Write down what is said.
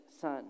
son